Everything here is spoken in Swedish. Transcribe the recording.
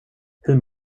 hur